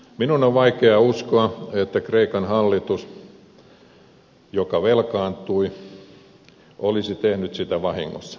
minun on vaikea uskoa että kreikan hallitus joka velkaantui olisi tehnyt sitä vahingossa kirjanpitoa on väärennetty